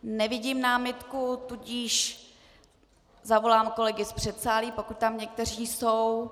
Nevidím námitku, tudíž zavolám kolegy z předsálí, pokud tam někteří jsou.